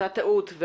אותה טעות,